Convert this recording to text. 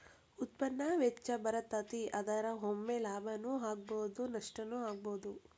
ಉತ್ಪನ್ನಾ ಹೆಚ್ಚ ಬರತತಿ, ಆದರ ಒಮ್ಮೆ ಲಾಭಾನು ಆಗ್ಬಹುದು ನಷ್ಟಾನು ಆಗ್ಬಹುದು